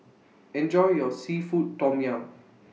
Enjoy your Seafood Tom Yum